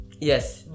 Yes